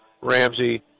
Ramsey